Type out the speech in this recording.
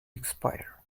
expire